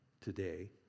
today